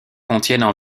contiennent